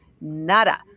nada